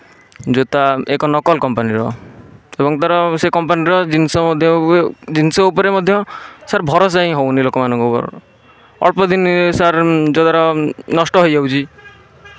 ସେ ଜୋତା ଏକ ନକଲ କମ୍ପାନୀର ଏବଂ ତାର ସେ କମ୍ପାନୀର ଜିନିଷ ମଧ୍ୟ ଜିନିଷ ଉପରେ ମଧ୍ୟ ସାର୍ ଭରସା ହିଁ ହେଉନି ଲୋକ ମାନଙ୍କର ଅଳ୍ପ ଦିନ ସାର୍ ନଷ୍ଟ ହୋଇଯାଉଛି